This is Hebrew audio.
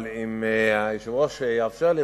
אבל אם היושב-ראש יאפשר לי,